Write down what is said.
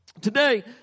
Today